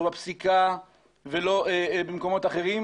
לא בפסיקה ולא במקומות אחרים,